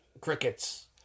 crickets